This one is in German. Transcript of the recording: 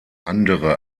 andere